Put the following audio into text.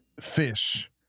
fish